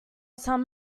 some